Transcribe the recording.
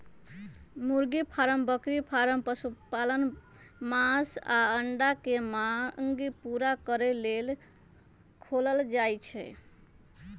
मुर्गी फारम बकरी फारम पशुपालन मास आऽ अंडा के मांग पुरा करे लेल खोलल जाइ छइ